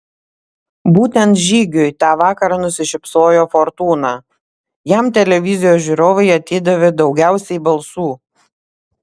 būtent žygiui tą vakarą nusišypsojo fortūna jam televizijos žiūrovai atidavė daugiausiai balsų